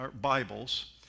Bibles